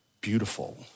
beautiful